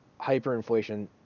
hyperinflation